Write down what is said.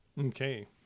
Okay